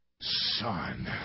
son